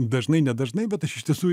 dažnai nedažnai bet aš iš tiesų